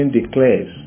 declares